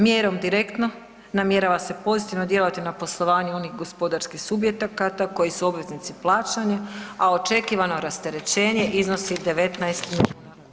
Mjerom direktno namjerava se pozitivno djelovati na poslovanje onih gospodarskih subjekata koji su obveznici plaćanja, a očekivano rasterećenje iznosi 19 milijuna kuna.